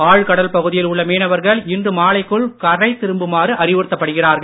ஆழ்கடல் பகுதியில் உள்ள மீனவர்கள் இன்று மாலைக்குள் கரை திரும்புமாறு அறிவுறுத்தப் படுகிறார்கள்